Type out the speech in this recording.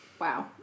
Wow